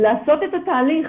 לעשות את הדיון.